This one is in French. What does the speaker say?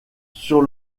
sur